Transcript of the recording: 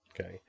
okay